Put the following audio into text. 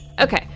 Okay